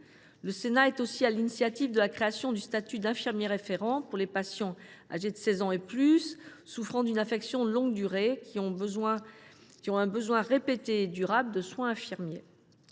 Le Sénat est aussi à l’initiative de la création du statut d’infirmier référent pour les patients âgés de 16 ans ou plus souffrant d’une affection de longue durée : ces personnes ont un besoin régulier et durable en soins infirmiers.